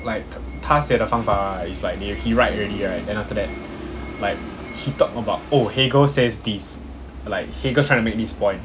like 他写的方法 right is like they he write already right then after that like he talk about oh hegel says this like hegel's trying to make this point